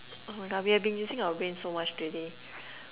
oh my god we have been using our brain so much today